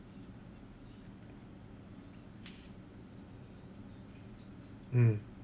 mm